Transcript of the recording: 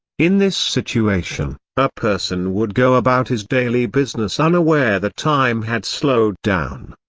in this situation, a person would go about his daily business unaware that time had slowed down.